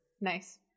Nice